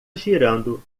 girando